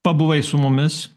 pabuvai su mumis